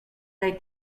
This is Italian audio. dai